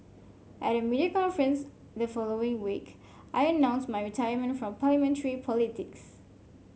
at a media conference the following week I announced my retirement from Parliamentary politics